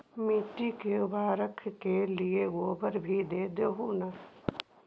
मिट्टी के उर्बरक के लिये गोबर भी दे हो न?